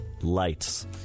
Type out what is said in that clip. Lights